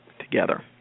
together